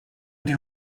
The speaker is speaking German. die